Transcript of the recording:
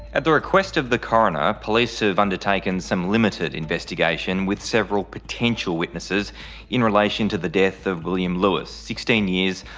at the request of the coroner police have undertaken some limited investigation with several potential witnesses in relation to the death of william lewis, sixteen years,